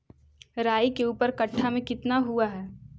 राई के ऊपर कट्ठा में कितना हुआ है?